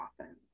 often